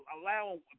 allowing